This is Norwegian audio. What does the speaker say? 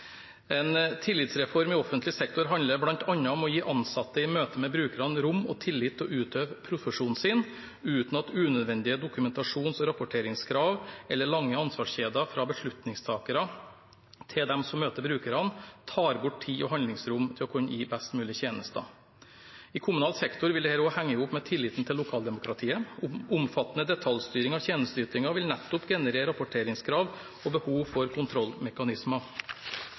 En tillitsreform i offentlig sektor handler bl.a. om å gi ansatte i møtet med brukerne rom og tillit til å utøve sin profesjon uten at unødvendige dokumentasjons- og rapporteringskrav eller lange ansvarskjeder fra beslutningstakere til dem som møter brukerne, tar bort tid og handlingsrom til å kunne gi best mulig tjenester. I kommunal sektor vil dette også henge i hop med tilliten til lokaldemokratiet. Omfattende detaljstyring av tjenesteytingen vil nettopp generere rapporteringskrav og behov for kontrollmekanismer.